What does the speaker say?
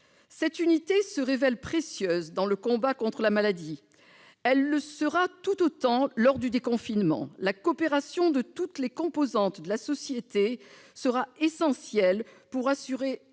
Cette unité se révèle précieuse dans le combat contre la maladie. Elle le sera tout autant lors du déconfinement. La coopération de toutes les composantes de la société sera essentielle pour assurer